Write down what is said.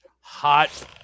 hot